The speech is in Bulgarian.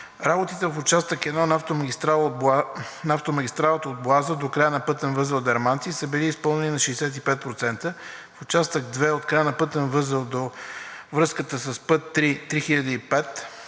Работите в Участък 1 на автомагистралата – от „Боаза“ до края на пътен възел – „Дерманци“, са били изпълнени на 65%, в Участък 2 – от края на пътен възел до връзката с път III-3005,